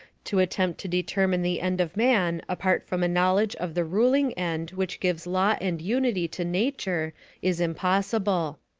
to attempt to determine the end of man apart from a knowledge of the ruling end which gives law and unity to nature is impossible.